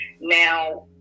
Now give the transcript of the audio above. Now